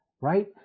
right